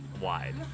wide